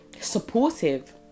supportive